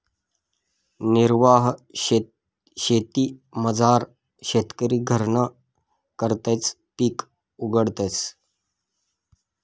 निर्वाह शेतीमझार शेतकरी घरना करताच पिक उगाडस